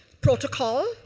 protocol